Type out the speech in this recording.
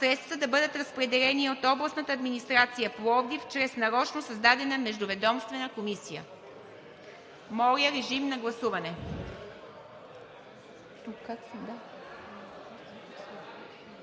Средствата да бъдат разпределени от Областната администрация – Пловдив, чрез нарочно създадена междуведомствена комисия. Гласували